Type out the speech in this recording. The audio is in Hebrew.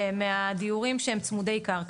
מהדיורים שהם צמודי קרקע,